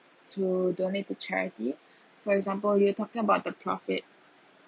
to donate to charity for example you talking about the profit